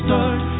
Start